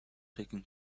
taking